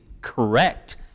correct